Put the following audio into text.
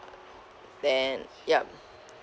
then yup